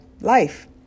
life